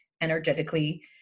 energetically